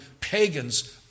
pagans